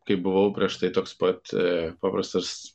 kaip buvau prieš tai toks pat paprastas